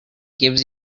gives